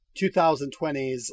2020s